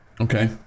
okay